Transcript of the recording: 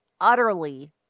utterly